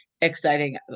Exciting